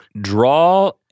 draw